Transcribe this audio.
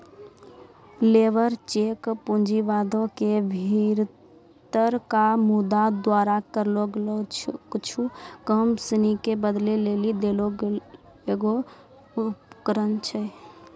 labour cheque पूँजीवादो के भीतरका मुद्रा द्वारा करलो गेलो कुछु काम सिनी के बदलै लेली देलो गेलो एगो उपकरण छै